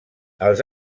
els